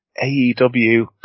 AEW